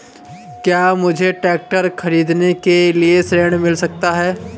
क्या मुझे ट्रैक्टर खरीदने के लिए ऋण मिल सकता है?